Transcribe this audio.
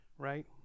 right